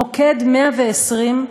מוקד 120,